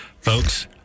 folks